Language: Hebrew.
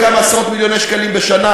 עוד כמה עשרות-מיליוני שקלים בשנה,